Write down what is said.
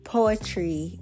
Poetry